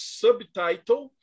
subtitle